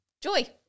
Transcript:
Joy